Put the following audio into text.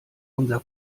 unser